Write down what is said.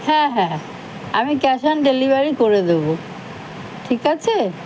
হ্যাঁ হ্যাঁ আমি ক্যাশ অন ডেলিভারি করে দেব ঠিক আছে